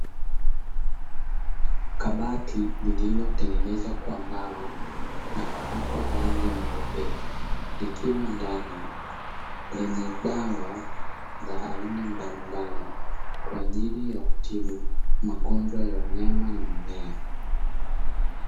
Kabati liliotengenezwa kwa mbao na kupakwa rangi nyeupe, likiwa ndani lenye dawa na aina mbalimbali kwa ajili ya kutibu magonjwa ya wanyama na mimea.